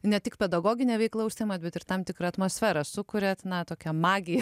ne tik pedagogine veikla užsiimate bet ir tam tikrą atmosferą sukuriat na tokia magija